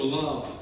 love